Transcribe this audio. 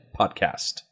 podcast